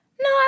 No